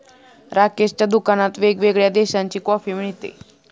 राकेशच्या दुकानात वेगवेगळ्या देशांची कॉफी मिळते